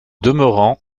demeurant